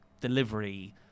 delivery